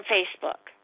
Facebook